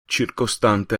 circostante